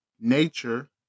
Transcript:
nature